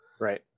Right